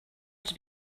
als